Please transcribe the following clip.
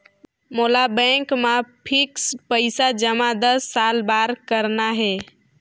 मोला बैंक मा फिक्स्ड पइसा जमा दस साल बार करना हे?